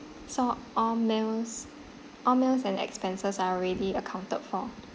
so all meals all meals and expenses are already accounted for